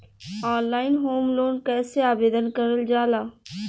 Online home loan कैसे आवेदन करल जा ला?